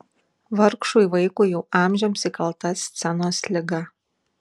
vargšui vaikui jau amžiams įkalta scenos liga